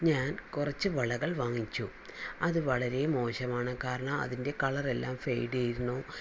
ഞാൻ കുറച്ച് വളകൾ വാങ്ങിച്ചു അത് വളരെ മോശമാണ് കാരണം അതിൻ്റെ കളറെല്ലാം ഫെയ്ഡെയ്തിരുന്നു